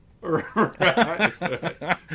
Right